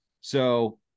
So-